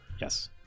Yes